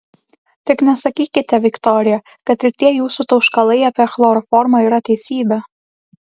tik nesakykite viktorija kad ir tie jūsų tauškalai apie chloroformą yra teisybė